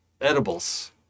edibles